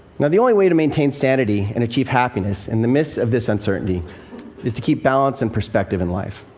now, the only way to maintain sanity and achieve happiness in the midst of this uncertainty is to keep balance and perspective in life.